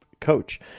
coach